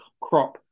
crop